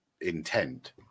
intent